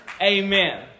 Amen